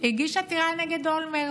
שהגיש עתירה נגד אולמרט